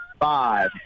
Five